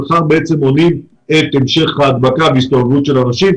וכך בעצם מונעים את המשך ההדבקה והסתובבות אנשים.